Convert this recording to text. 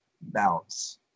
balance